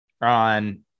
on